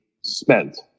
spent